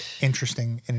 interesting